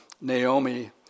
Naomi